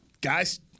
guys